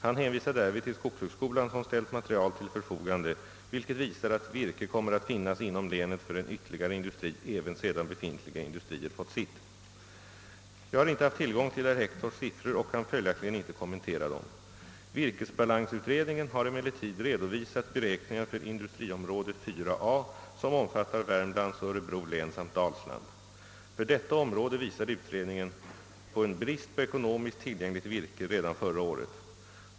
Han hänvisar därvid till skogshögskolan som ställt material till förfogande vilket visar att virke kommer att finnas inom länet för en ytterligare industri, även sedan befintliga industrier fått sitt. Jag har inte haft tillgång till herr Hectors siffror och kan följaktligen inte kommentera dem. Virkesbalansutredningen har emellertid redovisat beräkningar för industriområde IV a som omfattar Värmlands och Örebro län samt Dalsland. För detta område visade utredningen på en brist på ekonomiskt tillgängligt virke redan förra året.